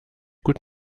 gut